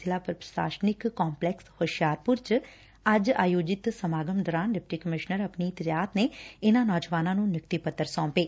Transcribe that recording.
ਜ਼ਿਲ੍ਹਾ ਪੁਸ਼ਾਸਨਿਕ ਕੰਪਲੈਕਸ ਹੁਸ਼ਿਆਰਪੁਰ ਵਿੱਚ ਅੱਜ ਆਯੋਜਿਤ ਸਮਾਗਮ ਦੌਰਾਨ ਡਿਪਟੀ ਕਮਿਸ਼ਨਰ ਅਪਨੀਤ ਰਿਆਤ ਨੇ ਇਨੂਾਂ ਨੌਂਜਵਾਨਾਂ ਨੂੰ ਨਿਯੁਕਤੀ ਪੱਡਰ ਸੌਪੇ